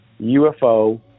UFO